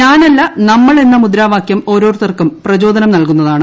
ഞാനല്ല നമ്മൾ എന്ന മുദ്രാവാകൃം ഓരോരുത്തർക്കും പ്രചോദനം നൽകുന്നതാണ്